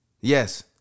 Yes